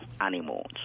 animals